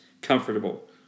comfortable